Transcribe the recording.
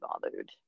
bothered